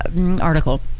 article